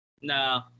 No